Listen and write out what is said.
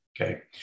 okay